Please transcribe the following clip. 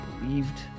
believed